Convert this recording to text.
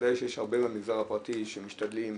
ודאי שיש הרבה במגזר הפרטי שהם משתדלים,